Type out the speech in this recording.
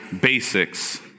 Basics